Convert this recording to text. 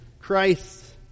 Christ